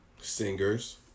Singers